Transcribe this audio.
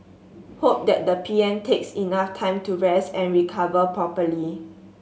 hope that the P M takes enough time to rest and recover properly